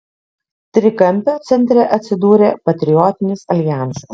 trikampio centre atsidūrė patriotinis aljansas